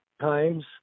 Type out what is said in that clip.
times